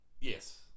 Yes